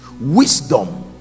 wisdom